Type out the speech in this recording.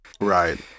Right